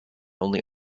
only